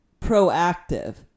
proactive